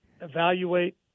evaluate